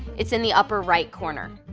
it's in the upper right corner.